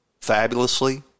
fabulously